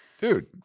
Dude